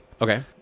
Okay